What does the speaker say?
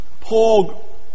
Paul